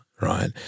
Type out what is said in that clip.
right